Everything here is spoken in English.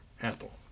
Ethel